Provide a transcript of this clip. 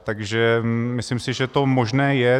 Takže myslím si, že to možné je.